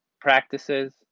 practices